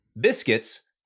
biscuits